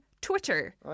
Twitter